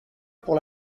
pour